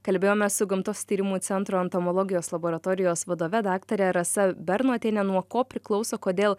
kalbėjome su gamtos tyrimų centro entomologijos laboratorijos vadove daktare rasa bernotiene nuo ko priklauso kodėl